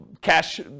cash